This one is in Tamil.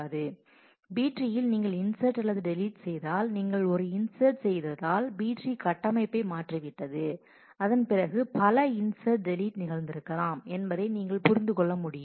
B ட்ரீயில் நீங்கள் இன்சட் அல்லது டெலிட் செய்தால் நீங்கள் ஒரு இன்சட் செய்ததால் B ட்ரீ கட்டமைப்பே மாறிவிட்டது அதன் பிறகு வேறு பல இன்சட் டெலிட் நிகழ்ந்திருக்கலாம் என்பதை நீங்கள் புரிந்து கொள்ள முடியும்